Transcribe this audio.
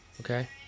Okay